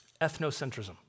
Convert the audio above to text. ethnocentrism